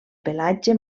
pelatge